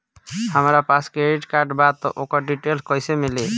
हमरा पास credit card बा त ओकर डिटेल्स कइसे मिली?